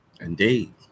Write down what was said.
indeed